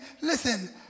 listen